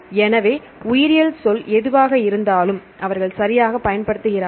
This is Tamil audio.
எனவே உயிரியல் சொல் எதுவாக இருந்தாலும் அவர்கள் சரியாகப் பயன்படுத்துகிறார்கள்